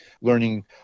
learning